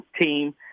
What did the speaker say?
team